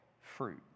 fruit